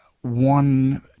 one